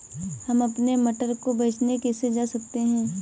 हम अपने मटर को बेचने कैसे जा सकते हैं?